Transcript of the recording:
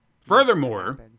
Furthermore